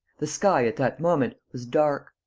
the sky, at that moment, was dark.